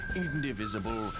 indivisible